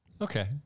Okay